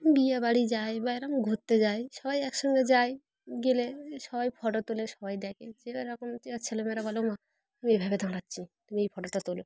বিয়া বাড়ি যায় বা এরকম ঘুরতে যাই সবাই একসঙ্গে যায় গেলে সবাই ফটো তোলে সবাই দেখে যেরকম যে ছেলেমেয়েরা বলো মা আমি এভাবে দোঁড়াচ্ছি তুমি এই ফটোটা তোলো